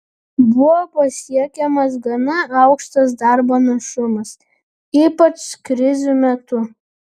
buvo pasiekiamas gana aukštas darbo našumas ypač krizių metu